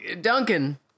Duncan